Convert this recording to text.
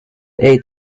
eight